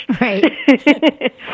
Right